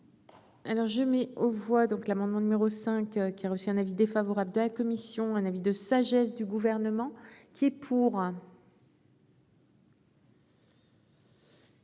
Alors je mets aux voix donc l'amendement numéro 5 qui a reçu un avis défavorable de la commission. Un avis de sagesse du gouvernement qui est pour.